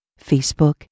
Facebook